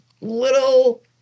little